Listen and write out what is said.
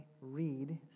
read